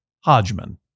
Hodgman